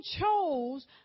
chose